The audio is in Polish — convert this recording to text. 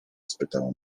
spytała